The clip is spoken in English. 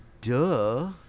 Duh